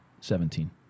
Seventeen